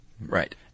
Right